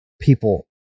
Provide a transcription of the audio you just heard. people